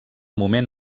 moment